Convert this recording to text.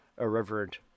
irreverent